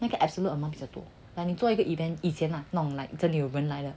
那个 absolute amongst 的多 like 你做一个 event 以前 lah 弄 like 真的有人来的